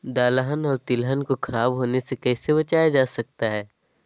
दलहन और तिलहन को खराब होने से कैसे बचाया जा सकता है?